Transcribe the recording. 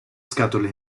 scatole